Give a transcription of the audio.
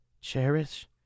Cherish